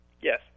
Yes